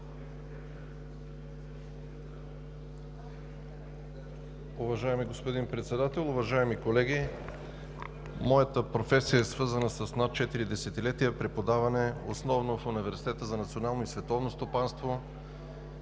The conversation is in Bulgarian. Уважаеми господин Председател, уважаеми колеги! Моята професия е свързана с над четири десетилетия преподаване основно в Университета за национално и световно стопанство